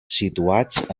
situats